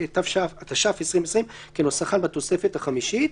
התש"ף 2020 כנוסחן בתוספת החמישית.